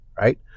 Right